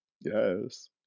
Yes